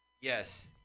yes